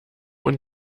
und